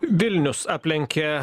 vilnius aplenkė